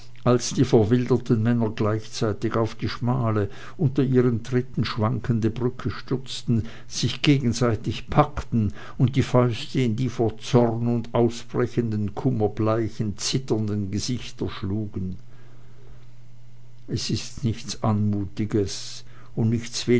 als die verwilderten männer gleichzeitig auf die schmale unter ihren tritten schwankende brücke stürzten sich gegenseitig packten und die fäuste in die vor zorn und ausbrechendem kummer bleichen zitternden gesichter schlugen es ist nichts anmutiges und nichts